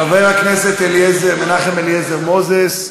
חבר הכנסת מנחם אליעזר מוזס,